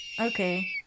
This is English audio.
Okay